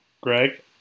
greg